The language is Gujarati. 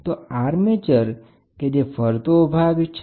તો આને ફરતું આર્મેચર કહે છે